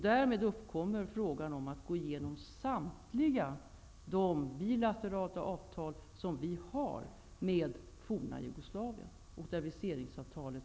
Därmed uppkommer frågan om att gå igenom samt